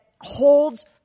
holds